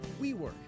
WeWork